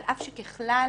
על אף שככלל